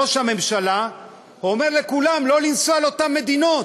ראש הממשלה אומר לכולם לא לנסוע לאותן מדינות.